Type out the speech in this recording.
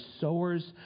sowers